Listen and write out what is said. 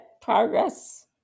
progress